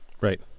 Right